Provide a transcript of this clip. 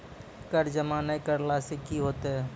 कर जमा नै करला से कि होतै?